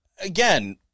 again